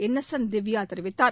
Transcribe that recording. Innocent Divya தெரிவித்தார்